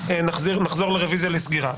נחזור לרוויזיה לסגירה.